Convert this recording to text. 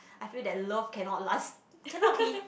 I feel that love cannot last cannot be